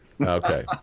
Okay